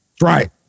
right